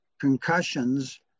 concussions